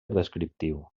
descriptiu